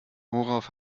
worauf